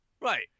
Right